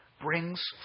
brings